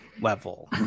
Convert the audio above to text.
level